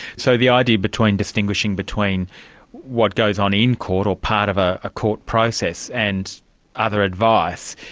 so the idea between distinguishing between what goes on in court or part of a ah court process, and other advice,